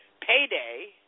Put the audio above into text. payday